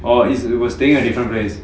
or is it we're staying a different place